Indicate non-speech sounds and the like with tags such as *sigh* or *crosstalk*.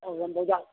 *unintelligible*